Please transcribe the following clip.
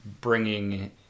bringing